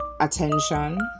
attention